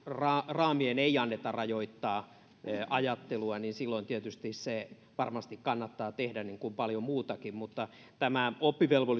raamien ei anneta rajoittaa ajattelua niin silloin tietysti se varmasti kannattaa tehdä niin kuin paljon muutakin mutta tämä oppivelvollisuuden pidentäminen